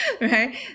right